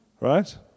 Right